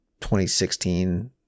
2016-